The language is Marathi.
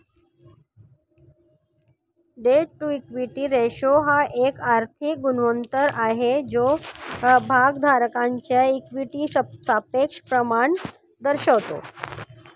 डेट टू इक्विटी रेशो हा एक आर्थिक गुणोत्तर आहे जो भागधारकांच्या इक्विटीचे सापेक्ष प्रमाण दर्शवतो